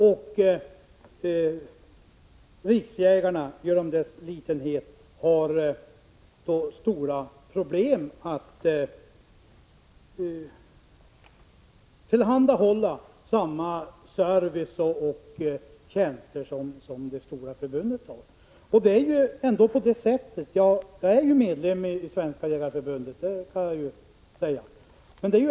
Jägarnas riksförbund har genom sin litenhet stora problem att tillhandahålla samma service och tjänster som det stora förbundet. Jag kan säga att jag är medlem i Svenska jägareförbundet.